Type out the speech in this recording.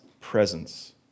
presence